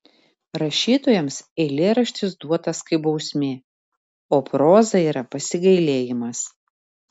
rašytojams eilėraštis duotas kaip bausmė o proza yra pasigailėjimas